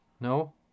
No